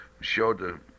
showed